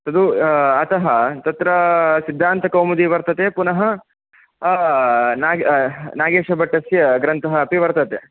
तदु अतः तत्र सिद्धान्तकौमुदी वर्तते पुनः नागे नागेशभट्टस्य ग्रन्थः अपि वर्तते